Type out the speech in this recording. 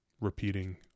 repeating